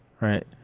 right